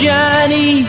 Johnny